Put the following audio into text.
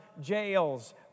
jails